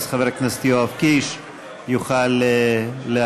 אז חבר הכנסת יואב קיש יוכל להשיב.